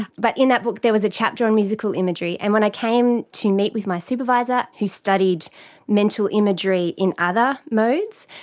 but in that book there was a chapter on musical imagery and when i came to meet with my supervisor who studied mental imagery in other modes,